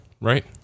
right